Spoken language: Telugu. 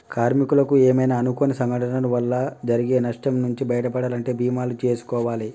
కార్మికులకు ఏమైనా అనుకోని సంఘటనల వల్ల జరిగే నష్టం నుంచి బయటపడాలంటే బీమాలు జేసుకోవాలే